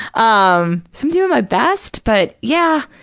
um so i'm doing my best, but yeah,